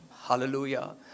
Hallelujah